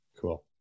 Cool